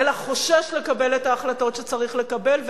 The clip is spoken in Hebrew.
אלא חושש לקבל את ההחלטות שצריך לקבל.